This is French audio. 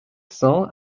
cents